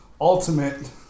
ultimate